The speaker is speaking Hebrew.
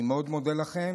אני מאוד מודה לכם.